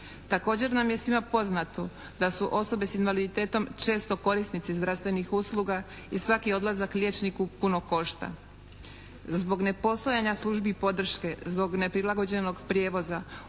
Također nam je svima poznato da su osobe s invaliditetom često korisnici zdravstvenih usluga i svaki odlazak liječniku puno košta. Zbog nepostojanja službi podrške, zbog neprilagođenog prijevoza